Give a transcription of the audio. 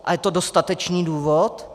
A je to dostatečný důvod?